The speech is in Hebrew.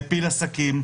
מפיל עסקים,